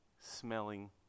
smelling